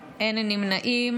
הסדרת מקצועות הרנטגנאות והדימות),